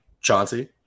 Chauncey